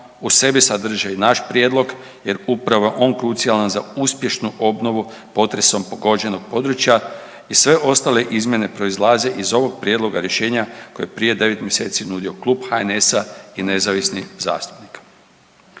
u sebi sadrže i naš prijedlog jer upravo je on krucijalan za uspješnu obnovu potresom pogođenog područja i sve ostale izmjene proizlaze iz ovog prijedloga rješenja kojeg je prije 9 mjeseci nudio Klub HNS-a i nezavisnih zastupnika.